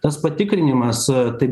tas patikrinimas taip